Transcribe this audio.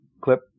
clip